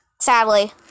sadly